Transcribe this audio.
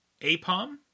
Apom